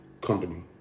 company